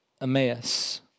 Emmaus